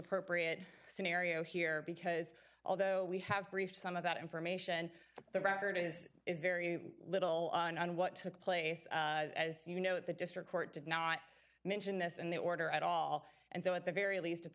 appropriate scenario here because although we have briefed some of that information the record is is very little on what took place as you know the district court did not mention this in the order at all and so at the very least it's